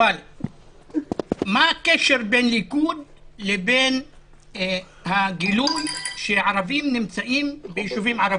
אבל מה הקשר בין ליכוד ובין הגילוי שהערבים נמצאים ביישובים ערבים?